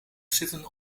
zitten